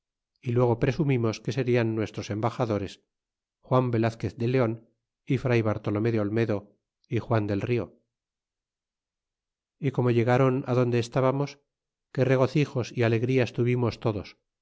y luego presumimos que serian nuestros embaxadores juan velazquez de leon y fr bartolomé de ol y juan del rio y como llegáron adonde medo estábamos qué regocijos y alegrías tuvimos todos